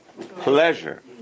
pleasure